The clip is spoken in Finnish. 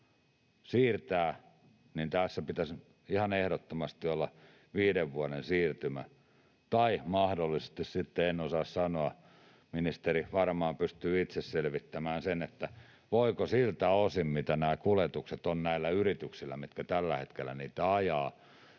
siirtää, niin tässä pitäisi ihan ehdottomasti olla viiden vuoden siirtymä tai — en osaa sanoa, ministeri varmaan pystyy itse selvittämään sen — voiko mahdollisesti sitten siltä osin kuin mitä nämä kuljetukset ovat näillä yrityksillä, mitkä tällä hetkellä niitä ajavat,